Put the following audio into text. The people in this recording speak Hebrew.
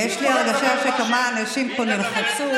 יש לי הרגשה שכמה אנשים פה נלחצו.